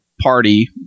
party